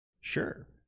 Sure